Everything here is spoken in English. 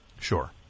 Sure